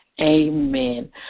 Amen